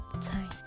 time